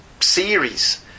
series